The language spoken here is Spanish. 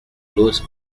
luz